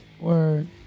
Word